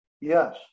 Yes